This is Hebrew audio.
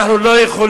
אנחנו לא יכולים